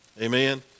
Amen